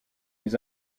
des